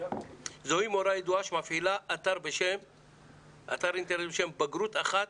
זו מורה ידועה שמפעילה אתר אינטרנט בשם 'בגרות אחת